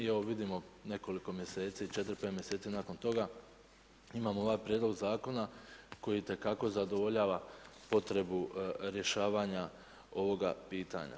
I vidimo nekoliko mjeseci, 4, 5 mjeseci nakon toga imamo ovaj prijedlog zakona koji itekako zadovoljava potrebu rješavanja ovoga pitanja.